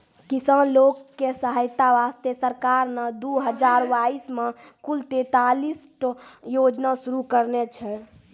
किसान लोग के सहायता वास्तॅ सरकार नॅ दू हजार बाइस मॅ कुल तेतालिस ठो योजना शुरू करने छै